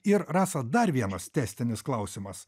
ir rasa dar vienas testinis klausimas